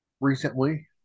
recently